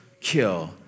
kill